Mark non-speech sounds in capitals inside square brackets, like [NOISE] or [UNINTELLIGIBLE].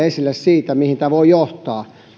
[UNINTELLIGIBLE] esille huoli siitä mihin tämä voi johtaa